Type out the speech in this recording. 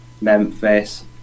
Memphis